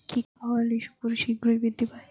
কি খাবালে শুকর শিঘ্রই বৃদ্ধি পায়?